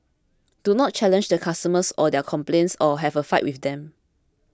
do not challenge the customers or their complaints or have a fight with them